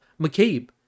McCabe